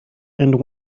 and